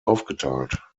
aufgeteilt